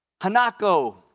Hanako